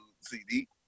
CD